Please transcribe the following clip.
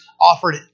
offered